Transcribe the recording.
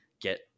get